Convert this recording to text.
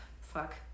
fuck